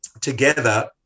together